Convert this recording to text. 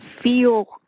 feel